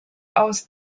aus